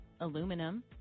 aluminum